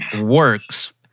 works